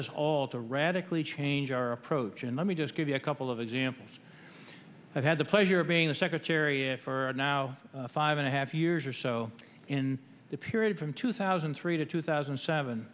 us all to radically change our approach and let me just give you a couple of examples i've had the pleasure of being a secretary for now five and a half years or so in the period from two thousand and three to two thousand and seven